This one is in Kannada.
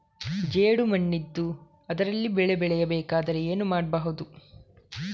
ಜೇಡು ಮಣ್ಣಿದ್ದು ಅದರಲ್ಲಿ ಬೆಳೆ ಬೆಳೆಯಬೇಕಾದರೆ ಏನು ಮಾಡ್ಬಹುದು?